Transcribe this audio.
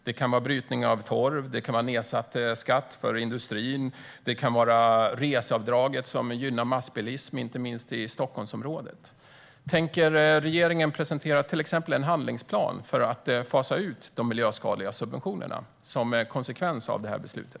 Det kan vara brytning av torv, sänkt skatt för industrin och reseavdrag som gynnar massbilism inte minst i Stockholmsområdet. Tänker regeringen presentera en handlingsplan för att fasa ut de miljöskadliga subventionerna som en konsekvens av beslutet?